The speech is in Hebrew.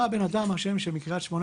לא אזכיר את שמו,